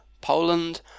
Poland